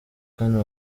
kane